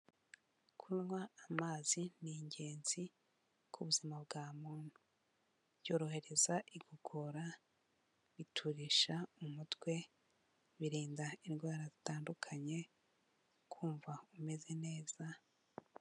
Kunywa amazi ni ingenzi ku buzima bwa muntu, byorohereza igogora, biturisha umutwe, birinda indwara zitandukanye, kumva umeze neza.